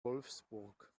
wolfsburg